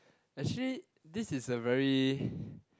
actually this is a very